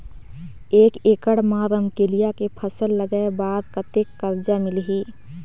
एक एकड़ मा रमकेलिया के फसल लगाय बार कतेक कर्जा मिलही?